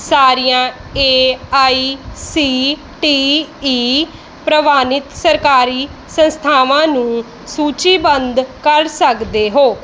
ਸਾਰੀਆਂ A I C T E ਪ੍ਰਵਾਨਿਤ ਸਰਕਾਰੀ ਸੰਸਥਾਵਾਂ ਨੂੰ ਸੂਚੀਬੰਧ ਕਰ ਸਕਦੇ ਹੋ